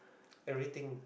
everything